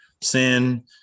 sin